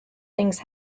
things